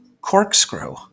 corkscrew